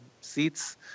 seats